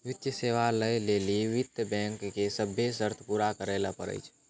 वित्तीय सेवा लै लेली वित्त बैंको के सभ्भे शर्त पूरा करै ल पड़ै छै